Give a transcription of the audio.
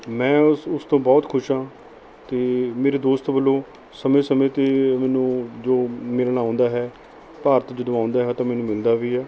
ਮੈਂ ਉਸ ਉਸ ਤੋਂ ਬਹੁਤ ਖੁਸ਼ ਹਾਂ ਕਿ ਮੇਰੇ ਦੋਸਤ ਵੱਲੋਂ ਸਮੇਂ ਸਮੇਂ 'ਤੇ ਮੈਨੂੰ ਜੋ ਮਿਲਣ ਆਉਂਦਾ ਹੈ ਭਾਰਤ ਜਦੋਂ ਆਉਂਦਾ ਹੈ ਤਾਂ ਮੈਨੂੰ ਮਿਲਦਾ ਵੀ ਹੈ